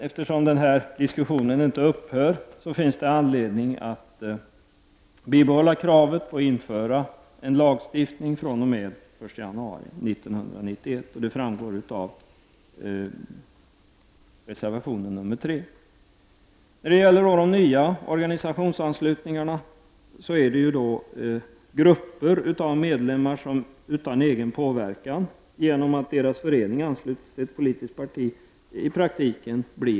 Eftersom den här diskussionen inte upphör, finns det anledning att stå fast vid kravet att man skall införa en lag från den 1 januari De nya organisationsanslutningarna går ut på att grupper av medlemmar utan egen medverkan i praktiken blir medlemmar genom att deras förening har anslutit sig till ett politiskt parti.